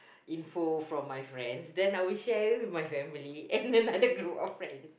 info from my friends then I would share it with my family and then either go with friend